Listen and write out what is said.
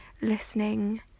listening